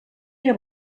era